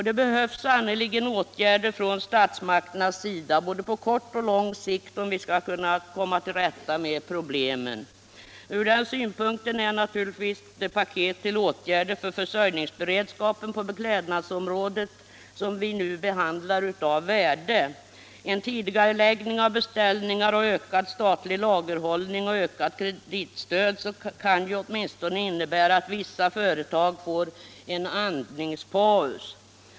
Det behövs sannerligen åtgärder från statsmakternas sida, både på kort och på lång sikt, om vi skall kunna komma till rätta med problemen. Ur den synpunkten är naturligtvis det paket till åtgärder för försörjningsberedskapen på beklädnadsområdet som vi nu behandlar av värde. En tidigareläggning av beställningar, ökad statlig lagerhållning och ökat kreditstöd kan åtminstone innebära att vissa företag får en andningspaus.